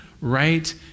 right